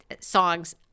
songs